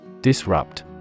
Disrupt